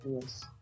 Yes